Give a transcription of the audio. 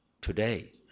today